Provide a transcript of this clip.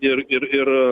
ir ir ir